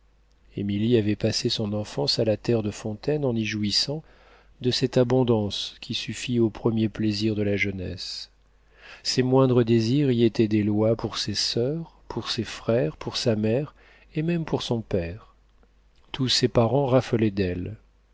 liste civile émilie avait passé son enfance à la terre de fontaine en y jouissant de cette abondance qui suffit aux premiers plaisirs de la jeunesse ses moindres désirs y étaient des lois pour ses soeurs pour ses frères pour sa mère et même pour son père tous ses parents raffolaient d'elle